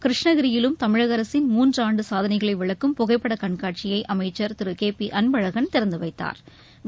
கிருஷ்ணகிரியிலும் தமிழக அரசின் மூன்று ஆண்டு சாதனைகளை விளக்கும் புகைப்பட கண்காட்சியை அமைச்சர் திரு கே பி அன்பழகன் திறந்து வைத்தாா்